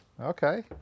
Okay